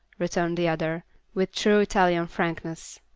returned the other with true italian frankness.